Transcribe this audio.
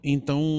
Então